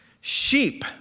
Sheep